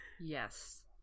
Yes